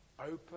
open